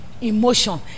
emotion